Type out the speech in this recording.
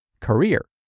career